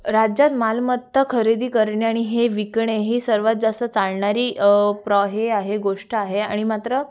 राज्यात मालमत्ता खरेदी करणे आणि हे विकणे हे सर्वात जास्त चालणारी प्रा हे आहे गोष्ट आहे आणि मात्र